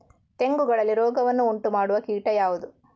ತೆಂಗುಗಳಲ್ಲಿ ರೋಗವನ್ನು ಉಂಟುಮಾಡುವ ಕೀಟ ಯಾವುದು?